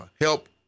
help